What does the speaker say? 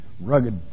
rugged